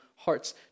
hearts